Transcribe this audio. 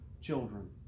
children